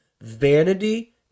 vanity